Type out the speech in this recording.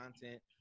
content